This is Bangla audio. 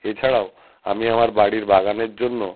এছাড়াও আমি আমার বাড়ির বাগানের জন্য